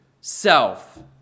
self